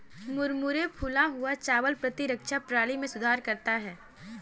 मुरमुरे फूला हुआ चावल प्रतिरक्षा प्रणाली में सुधार करता है